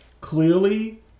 clearly